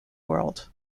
world